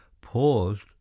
paused